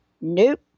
Nope